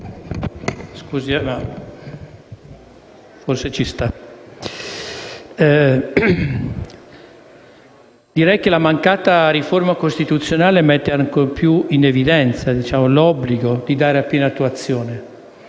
nostri. La mancata riforma costituzionale mette ancora più in evidenza l'obbligo di dare piena attuazione